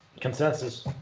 Consensus